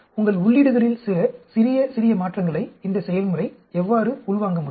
உங்கள் உள்ளீடுகளில் சிறிய சிறிய மாற்றங்களை இந்த செயல்முறை எவ்வாறு உள்வாங்க முடியும்